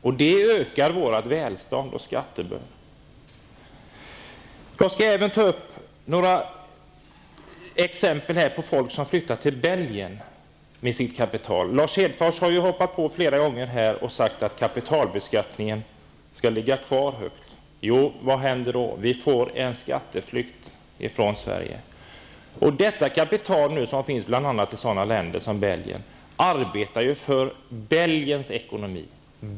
Det skulle öka vårt välstånd. Jag skall som exempel nämna folk som flyttar till Belgien med sitt kapital. Lars Hedfors har här flera gånger sagt att kapitalbeskattningen skall fortsätta att vara hög. Vad händer då? Jo, vi får en skatteflykt från Sverige. Detta kapital, som bl.a. finns i Belgien, arbetar för Belgiens ekonomi.